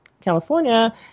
California